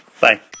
Bye